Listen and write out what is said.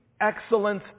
excellence